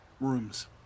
rooms